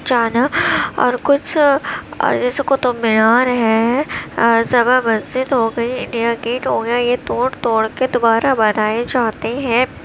جانا اور کچھ جیسے قطب مینار ہے جامع مسجد ہو گئی انڈیا گیٹ ہو گیا یہ توڑ توڑ کے دوبارہ بنائے جاتے ہیں